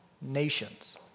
nations